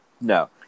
No